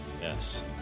Yes